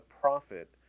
profit